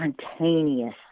spontaneous